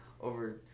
over